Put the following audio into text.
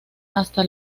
hasta